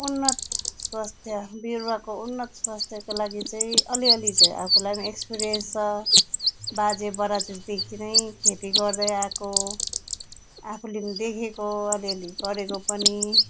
उन्नत स्वस्थ बिरुवाको उन्नत स्वास्थ्यको लागि चाहिँ अलिअलि चाहिँ आफैलाई पनि एक्सपिरियन्स छ बाजे बराज्यूदेखि नै खेती गर्दै आएको आफूले पनि देखेको अलिअलि गरेको पनि